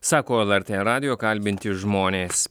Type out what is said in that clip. sako lrt radijo kalbinti žmonės